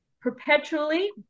perpetually